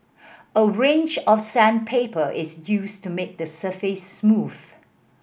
a range of sandpaper is used to make the surface smooth